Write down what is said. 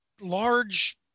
large